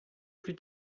plus